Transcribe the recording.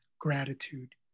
gratitude